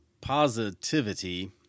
positivity